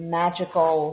magical